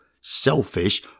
selfish